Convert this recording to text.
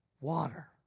water